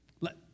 Let